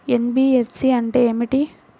NBFC అంటే ఏమిటి?